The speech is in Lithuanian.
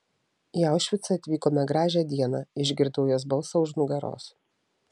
į aušvicą atvykome gražią dieną išgirdau jos balsą už nugaros